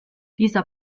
dieser